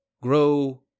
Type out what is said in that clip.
grow